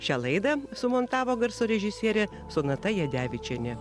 šią laidą sumontavo garso režisierė sonata jedevičienė